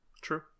True